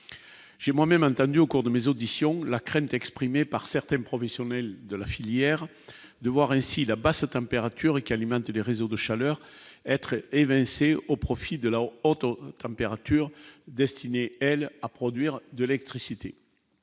J'ai moi-même entendu au cours de mes auditions la crainte exprimée par certains professionnels de la filière de voir ainsi là- bas ça température et qui alimentent les réseaux de chaleur est très évincé au profit de leur entre température destinée L à produire de lectrices